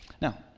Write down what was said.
Now